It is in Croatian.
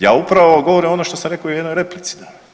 Ja upravo govorim ono što sam rekao i u jednoj replici danas.